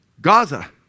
Gaza